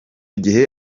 gihe